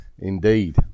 Indeed